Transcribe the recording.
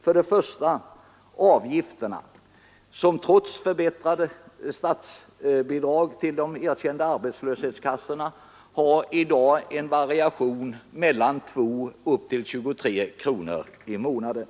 Först och främst är det avgifterna, som trots förbättrade statsbidrag till de erkända arbetslöshetskassorna i dag varierar mellan 2 och 23 kronor i månaden.